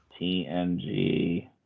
TNG